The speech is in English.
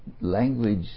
language